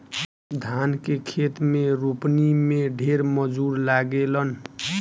धान के खेत में रोपनी में ढेर मजूर लागेलन